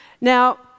Now